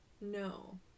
No